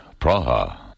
Praha